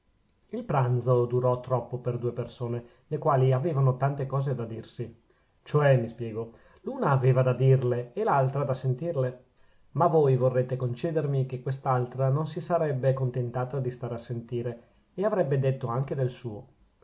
il pranzo durò troppo per due persone le quali avevano tante cose da dirsi cioè mi spiego l'una aveva da dirle e l'altra da sentirle ma voi vorrete concedermi che quest'altra non si sarebbe contentata di stare a sentire e avrebbe detto anche del suo